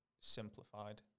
simplified